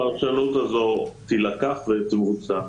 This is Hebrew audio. הפרשנות הזו תילקח ותבוצע.